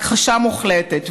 הכחשה מוחלטת.